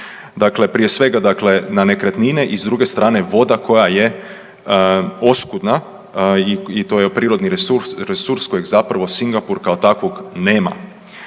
dakle prije svega dakle na nekretnine i s druge strane voda koja je oskudna i to je prirodni resurs kojeg zapravo Singapur kao takvog nema.